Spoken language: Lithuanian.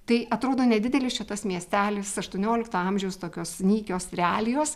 tai atrodo nedidelis čia tas miestelis aštuoniolikto amžiaus tokios nykios realijos